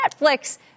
Netflix